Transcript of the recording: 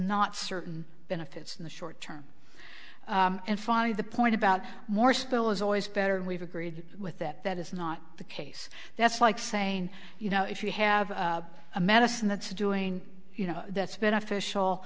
not certain benefits in the short term and finally the point about more still is always better and we've agreed with that that is not the case that's like saying you know if you have a medicine that's doing you know that's beneficial